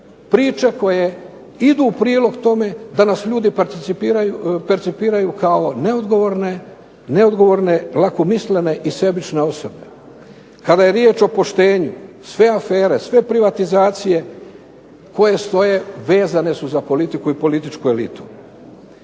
priče koje idu u prilog tome da nas ljudi percipiraju kao neodgovorne, lakomislene i sebične osobe. Kada je riječ o poštenju, sve afere, sve privatizacije koje stoje vezane su za politiku i političku elitu.